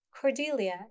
Cordelia